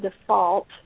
default